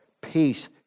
peace